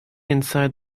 inside